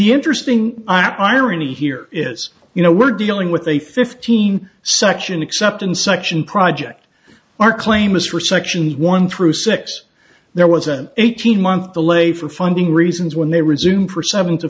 the interesting irony here is you know we're dealing with a fifteen section except in section project our claim is resections one through six there was an eighteen month delay for funding reasons when they resume for seven to